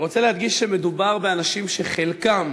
אני רוצה להדגיש שמדובר באנשים שחלקם